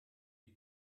die